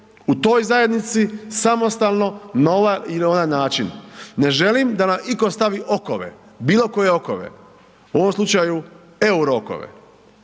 u toj zajednici, samostalno, na ovaj ili onaj način. Ne želim da nam iko stavi okove, bilo koje okove u ovom slučaju euro okove.